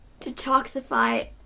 Detoxify